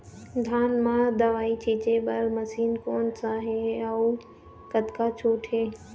धान म दवई छींचे बर मशीन कोन सा हे अउ कतका छूट हे?